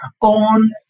on